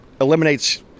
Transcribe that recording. eliminates